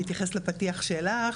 בהתייחס לפתיח שלך,